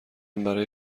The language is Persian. برای